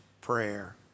prayer